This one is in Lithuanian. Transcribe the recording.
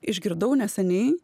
išgirdau neseniai